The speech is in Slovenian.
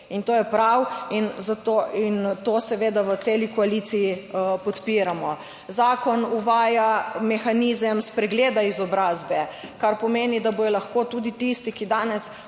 in to je prav, zato to seveda v celotni koaliciji podpiramo. Zakon uvaja mehanizem spregleda izobrazbe, kar pomeni, da bodo lahko tudi tisti, ki danes